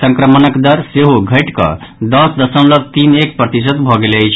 संक्रमणक दर सेहो घटि कऽ दस दशमलव तीन एक प्रतिशत भऽ गेल अछि